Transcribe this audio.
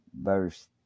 verse